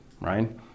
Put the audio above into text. Right